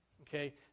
okay